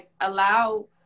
allow